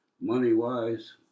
Money-wise